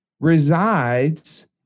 resides